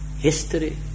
history